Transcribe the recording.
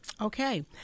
Okay